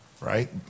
right